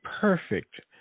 perfect